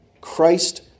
Christ